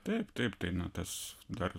taip taip tai na tas dar